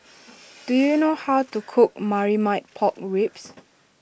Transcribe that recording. do you know how to cook Marmite Pork Ribs